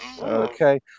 Okay